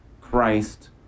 Christ